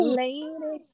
lady